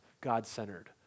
God-centered